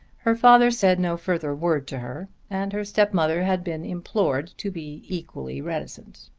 her father said no further word to her, and her stepmother had been implored to be equally reticent.